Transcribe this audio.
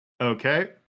Okay